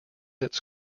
its